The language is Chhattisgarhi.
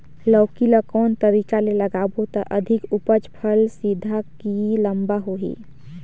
लौकी ल कौन तरीका ले लगाबो त अधिक उपज फल सीधा की लम्बा होही?